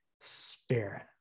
Spirit